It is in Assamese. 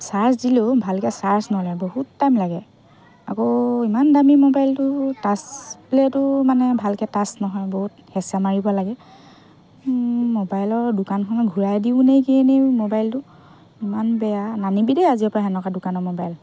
চাৰ্জ দিলেও ভালকৈ চাৰ্জ নলয় বহুত টাইম লাগে আকৌ ইমান দামী ম'বাইলটো টাচ্ছ প্লেটো মানে ভালকৈ টাচ্ছ নহয় বহুত হেঁচা মাৰিব লাগে ম'বাইলৰ দোকানখনত ঘূৰাই দিওঁ নে কিয়েই নে ম'বাইলটো ইমান বেয়া নানিবি দেই আজিৰপৰা সেনেকুৱা দোকানৰ ম'বাইল